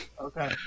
Okay